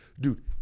dude